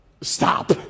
Stop